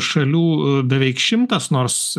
šalių beveik šimtas nors